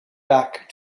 back